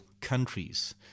countries